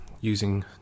using